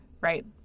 right